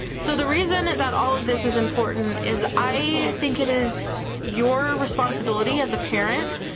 so, the reason and that all of this is important is i think it is your responsibility as a parent